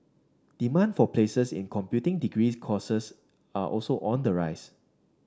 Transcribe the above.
demand for places in computing degrees courses are also on the rise